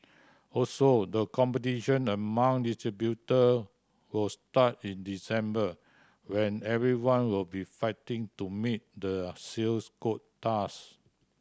also the competition among distributor will start in December when everyone will be fighting to meet their sales quotas